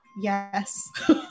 yes